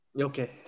Okay